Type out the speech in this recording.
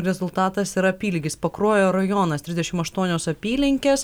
rezultatas yra apylygis pakruojo rajonas trisdešimt aštuonios apylinkės